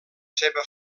seva